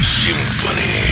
symphony